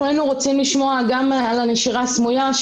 היינו רוצים לשמוע גם על הנשירה הסמויה,